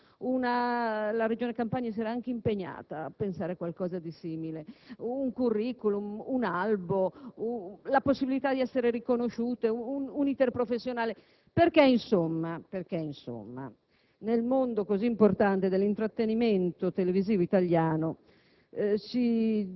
un *curriculum* (la Regione Campania si era anche impegnata a pensare a qualcosa di simile), un albo, la possibilità di essere riconosciute, un *iter* professionale; chiedevo perché, nel mondo così importante dell'intrattenimento televisivo italiano,